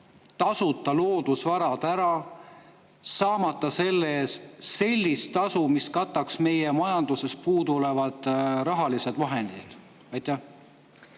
tasuta loodusvarad ära, saamata selle eest sellist tasu, mis kataks meie majanduses puudu olevad rahalised vahendid? Aitäh!